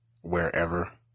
wherever